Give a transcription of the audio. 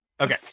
okay